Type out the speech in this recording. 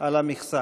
על המכסה.